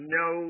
no